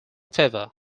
favor